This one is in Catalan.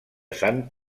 sant